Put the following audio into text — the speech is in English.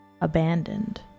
abandoned